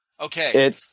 Okay